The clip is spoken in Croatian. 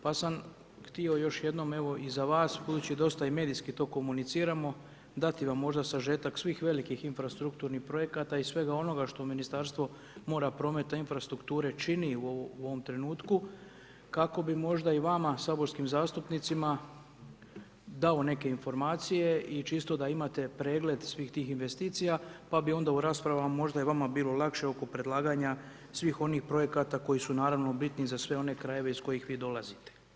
Pa sam htio još jednom, evo i za vas, budući dosta i medijski to komuniciramo, dati vam možda sažetak svih velikih infrastrukturnih projekata i svega onoga što Ministarstvo mora, prometa, infrastrukture čini u ovome trenutku, kako bi možda i vama, saborskim zastupnicima dao neke informacije i čisto da imate pregled svih tih investicija, pa bi onda u raspravama možda i vama bilo lakše oko predlaganja svih onih projekata koji su, naravno, bitni za sve one krajeve iz kojih vi dolazite.